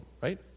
right